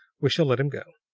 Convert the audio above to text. we shall let him go.